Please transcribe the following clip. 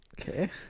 Okay